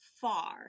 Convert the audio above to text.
far